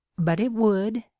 but it would,